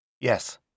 Yes